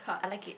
I like it